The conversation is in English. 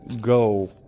go